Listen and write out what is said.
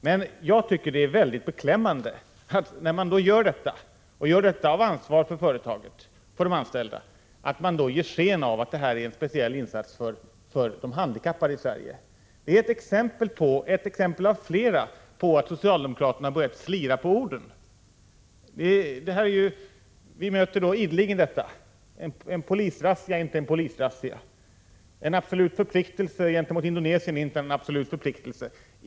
Men när man då gör detta av ansvar för företaget, för de anställda, är det beklämmande att man ger sken av att det är en speciell insats för de handikappade i Sverige. Det är ett exempel av flera på att socialdemokraterna börjar slira på orden. Vi möter ideligen detta. En polisrazzia är inte en polisrazzia, en absolut förpliktelse gentemot Indonesien är inte en absolut förpliktelse.